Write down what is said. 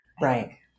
right